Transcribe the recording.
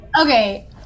Okay